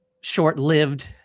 short-lived